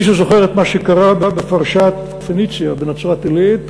מי שזוכר את מה שקרה בפרשת "פניציה" בנצרת-עילית,